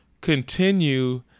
continue